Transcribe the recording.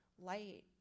light